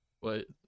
Wait